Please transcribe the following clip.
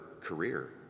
career